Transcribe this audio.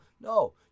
no